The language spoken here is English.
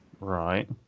right